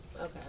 Okay